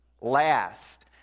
last